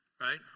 right